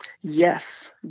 Yes